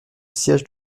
siége